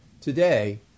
Today